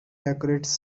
decorate